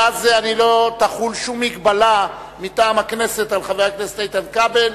ואז לא תחול שום מגבלה מטעם הכנסת על חבר הכנסת איתן כבל,